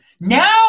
Now